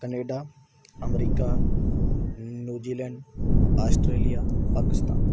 Canada America New Zealand Australia Pakistan